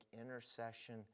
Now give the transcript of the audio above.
intercession